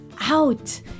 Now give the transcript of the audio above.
out